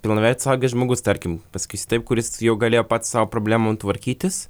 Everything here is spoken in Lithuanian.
pilnametis suaugęs žmogus tarkim pasakysiu taip kuris jau galėjo pats su savo problemom tvarkytis